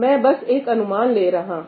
मैं बस एक अनुमान ले रहा हूं